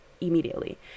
immediately